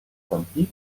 stampede